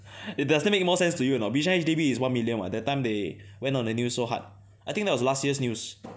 does that make more sense to you or not Bishan H_D_B is one million [what] that time they went on the news so hard I think that was last year's news